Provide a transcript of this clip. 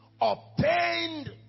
obtained